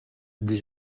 dit